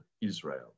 Israel